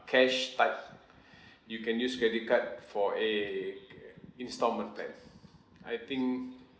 cash tight you can use credit card for a c~ instalment plan I think